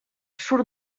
surt